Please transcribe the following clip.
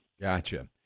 Gotcha